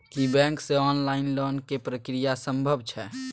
की bank से online loan के प्रक्रिया संभव छै?